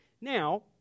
Now